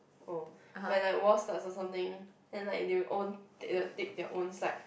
oh when like war starts or something then like they will own take their own side